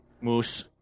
Moose